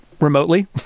remotely